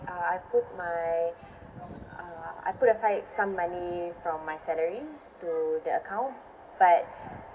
uh I put my uh I put aside some money from my salary to the account but